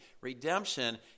Redemption